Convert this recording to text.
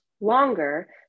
longer